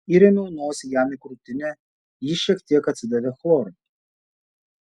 įrėmiau nosį jam į krūtinę ji šiek tiek atsidavė chloru